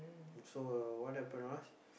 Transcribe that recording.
so what happen was